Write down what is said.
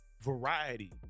variety